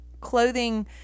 Clothing